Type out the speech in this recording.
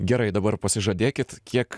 gerai dabar pasižadėkit kiek